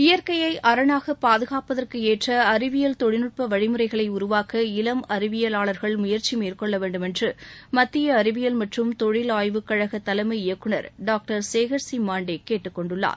இயற்கையை அரணாக பாதுகாப்பதற்கு ஏற்ற அறிவியல் தொழில்நுட்ப வழிமுறைகளை உருவாக்க இளம் அறிவியலாளர்கள் முயற்சி மேற்கொள்ள வேண்டுமென்று மத்திய அறிவியல் மற்றும் தொழில் ஆய்வுக் கழக தலைமை இயக்குநர் டாக்டர் சேகர் சி மான்டே கேட்டுக் கொன்டுள்ளார்